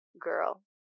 girl